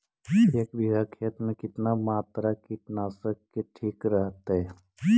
एक बीघा खेत में कितना मात्रा कीटनाशक के ठिक रहतय?